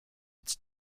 its